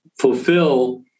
fulfill